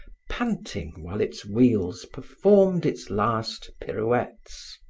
panting while its wheels performed its last pirouettes.